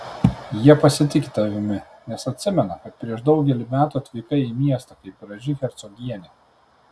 jie pasitiki tavimi nes atsimena kad prieš daugelį metų atvykai į miestą kaip graži hercogienė